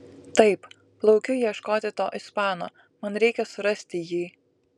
taip plaukiu ieškoti to ispano man reikia surasti jį